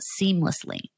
seamlessly